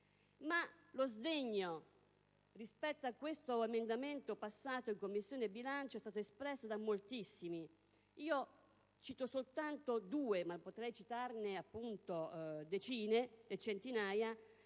Ma lo sdegno rispetto a questo emendamento passato in Commissione bilancio è stato espresso da moltissimi altri. Cito soltanto due persone, ma potrei citarne decine e centinaia: